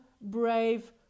brave